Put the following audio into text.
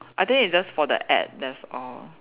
I think it's just for the ad that's all